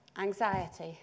Anxiety